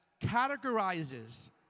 categorizes